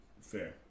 Fair